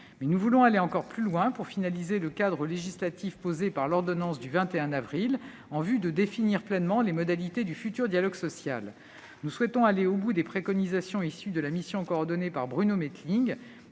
Nous voulons toutefois aller plus loin encore pour finaliser le cadre législatif posé par l'ordonnance du 21 avril 2021, en vue de définir pleinement les modalités du futur dialogue social. Nous souhaitons aller au bout des préconisations de la mission coordonnée par Bruno Mettling